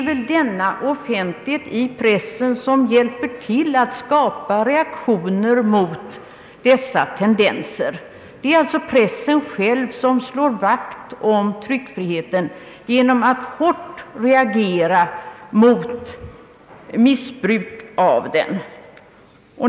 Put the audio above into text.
Just denna offentlighet i pressen hjälper till att skapa reaktioner mot sådana tendenser. Pressen slår alltså vakt om tryckfriheten genom att hårt reagera mot missbruk av den.